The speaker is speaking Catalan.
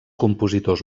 compositors